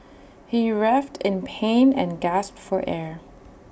he writhed in pain and gasped for air